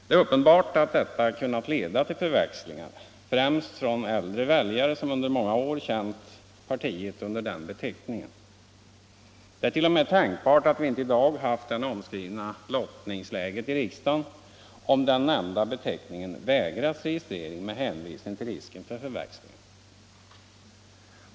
Det är uppenbart att detta kunnat leda till förväxlingar, främst från äldre väljare, som under många år känt partiet under den beteckningen. Det är t.o.m. tänkbart att vi i dag inte haft det omskrivna lottningsläget i riksdagen, om den nämnda beteckningen hade vägrats registrering med hänvisning till risken för förväxling.